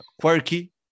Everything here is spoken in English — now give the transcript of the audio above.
quirky